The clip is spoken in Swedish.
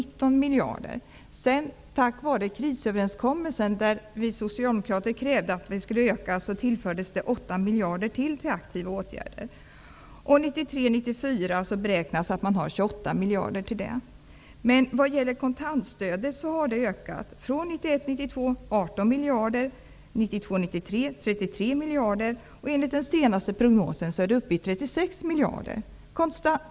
Tack vare krisöverenskommelsen, där vi socialdemokrater krävde en ökning, tillfördes det ytterligare 8 miljarder till aktiva åtgärder. Man beräknar att det skall finnas 28 miljarder till aktiva åtgärder 1993/94. Enligt den senaste prognosen är det uppe i 36 miljarder.